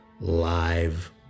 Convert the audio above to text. live